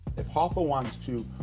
if hoffa wants to